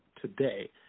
today